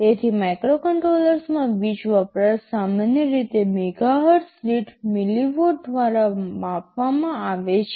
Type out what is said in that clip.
તેથી માઇક્રોકન્ટ્રોલર્સમાં વીજ વપરાશ સામાન્ય રીતે મેગાહર્ટ્ઝ દીઠ મિલિવોટ દ્વારા માપવામાં આવે છે